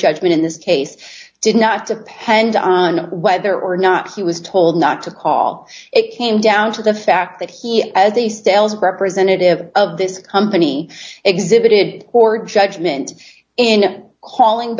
judgment in this case did not depend on whether or not he was told not to call it came down to the fact that he as a stales representative of this company exhibited poor judgment in calling